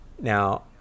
Now